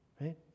right